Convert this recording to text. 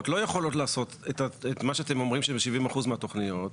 לא יכולות לעשות את מה שאתם אומרים שהם 70% מהתוכניות.